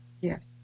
Yes